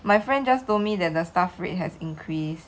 my friend just told me that the staff rate has increased